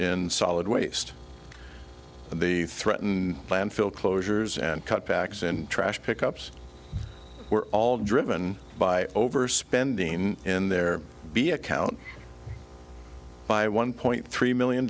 in solid waste and the threatened landfill closures and cutbacks in trash pickups were all driven by overspending in their b account by one point three million